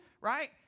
Right